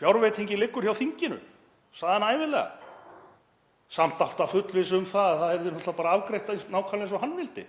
Fjárveitingin liggur hjá þinginu, sagði hann ævinlega. Samt alltaf fullviss um að það yrði náttúrlega bara afgreitt nákvæmlega eins og hann vildi.